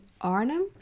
Arnhem